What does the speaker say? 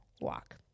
walk